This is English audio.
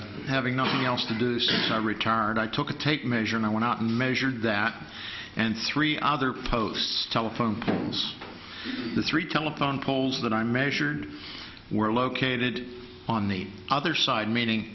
a having nothing else to do so i retired i took a take measure and i went out and measured that and three other posts telephone poles the three telephone poles that i measured were located on the other side meaning